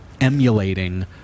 emulating